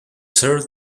served